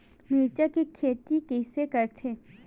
मिरचा के खेती कइसे करथे?